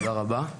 תודה רבה.